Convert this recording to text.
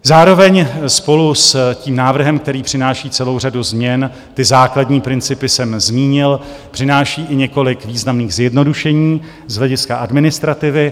Zároveň spolu s tím návrhem, který přináší celou řadu změn ty základní principy jsem zmínil přinášíme i několik významných zjednodušení z hlediska administrativy.